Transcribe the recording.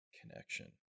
connection